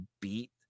beat